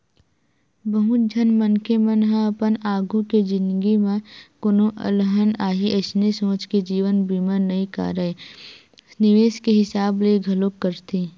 बहुत झन मनखे मन ह अपन आघु के जिनगी म कोनो अलहन आही अइसने सोच के जीवन बीमा नइ कारय निवेस के हिसाब ले घलोक करथे